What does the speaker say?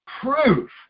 proof